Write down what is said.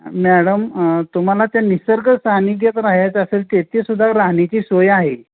madam तुम्हाला त्या निसर्ग सन्निध्यात राहायचं असेल ते ते सुद्धा राहण्याची सोय आहे